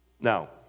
Now